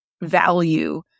value